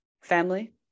Family